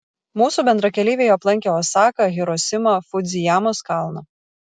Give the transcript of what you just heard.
mūsų bendrakeleiviai aplankė osaką hirosimą fudzijamos kalną